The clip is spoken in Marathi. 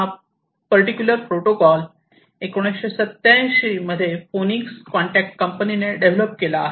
हा पर्टिक्युलर प्रोटोकॉल 1987 मध्ये फोनिक्स कॉन्टॅक्ट कंपनीने डेव्हलप केला आहे